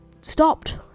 stopped